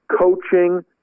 coaching